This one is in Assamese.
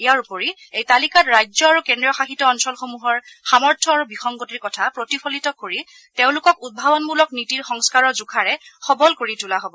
ইয়াৰ উপৰি এই তালিকাত ৰাজ্য আৰু কেন্দ্ৰীয় শাসিত অঞ্চলসমূহৰ সামৰ্থ আৰু বিসংগতিৰ কথা প্ৰতিফলিত কৰি তেওঁলোকক উদ্ভাৱনমূলক নীতিৰ সংস্কাৰৰ জোখাৰে সবল কৰি তোলা হ'ব